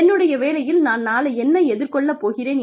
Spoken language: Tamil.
என்னுடைய வேலையில் நான் நாளை என்ன எதிர்கொள்ளப் போகிறேன்